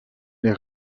les